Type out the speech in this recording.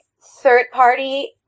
third-party